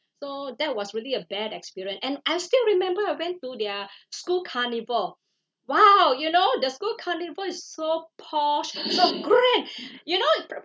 so that was really a bad experience and I still remember I went to their school carnival !wow! you know the school carnival is so posh so grand you know